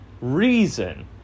reason